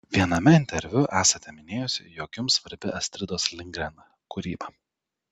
viename interviu esate minėjusi jog jums svarbi astridos lindgren kūryba